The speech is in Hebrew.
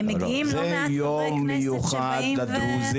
מגיעים לא מעט חברי כנסת שבאים --- זה יום מיוחד לדרוזים.